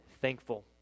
thankful